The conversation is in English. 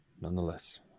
Nonetheless